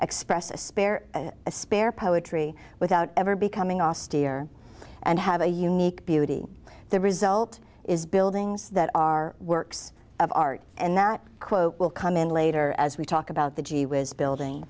a spare poetry without ever becoming austere and have a unique beauty the result is buildings that are works of art and that quote will come in later as we talk about the gee whiz building